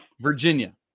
Virginia